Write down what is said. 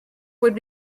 would